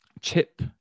Chip